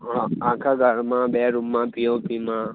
હા આખા ઘરમાં બે રૂમમાં પીઓપીમાં